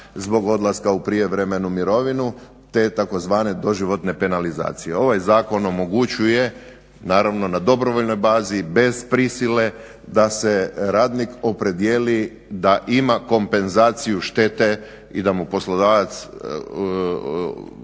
zbog odlaska u prijevremenu mirovinu te tzv. doživotne penalizacije. Ovaj zakon omogućuje naravno na dobrovoljnoj bazi bez prisile da se radnik opredijeli da ima kompenzaciju štete i da mu poslodavac